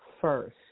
first